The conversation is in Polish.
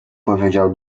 powiedział